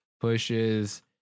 pushes